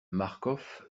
marcof